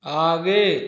आगे